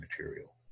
material